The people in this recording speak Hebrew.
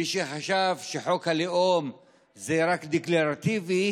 מי שחשב שחוק הלאום זה רק דקלרטיבי,